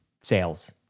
sales